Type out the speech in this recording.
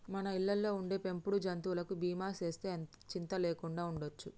మన ఇళ్ళలో ఉండే పెంపుడు జంతువులకి బీమా సేస్తే సింత లేకుండా ఉండొచ్చు